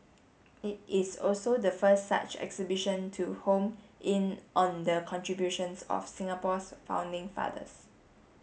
it is also the first such exhibition to home in on the contributions of Singapore's founding fathers